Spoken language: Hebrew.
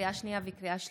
לקריאה שנייה וקריאה שלישית: